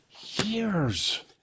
years